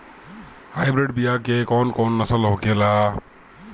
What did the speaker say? Hybrid बीया के कौन कौन नस्ल होखेला?